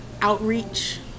outreach